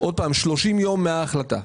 עוד פעם, 30 יום מההחלטה.